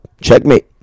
Checkmate